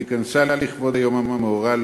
שהתכנסה לכבוד המאורע.